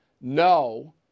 no